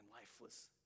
lifeless